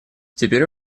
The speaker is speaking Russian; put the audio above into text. теперь